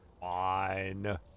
Fine